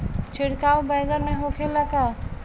छिड़काव बैगन में होखे ला का?